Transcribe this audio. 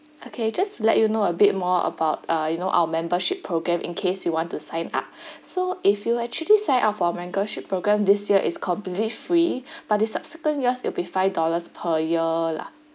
okay just to let you know a bit more about uh you know our membership programme in case you want to sign up so if you actually sign up for membership programme this year is completely free but the subsequent years it'll be five dollars per year lah